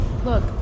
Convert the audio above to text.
Look